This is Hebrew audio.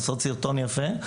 לעשות סרטון יפה,